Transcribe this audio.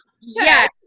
yes